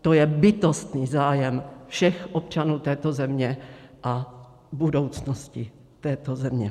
To je bytostný zájem všech občanů této země a budoucnosti této země.